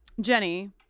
jenny